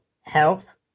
health